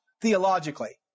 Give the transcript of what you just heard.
theologically